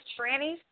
trannies